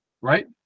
right